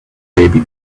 baby